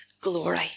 glory